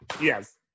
Yes